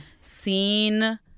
seen